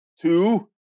two